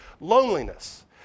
loneliness